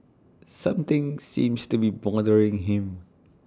something seems to be bothering him